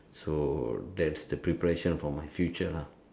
so that's the preparation for my future lah